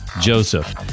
Joseph